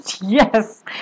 Yes